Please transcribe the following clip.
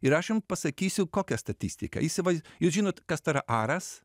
ir aš jum pasakysiu kokią statistiką įsivaiz jūs žinot kas tai yra aras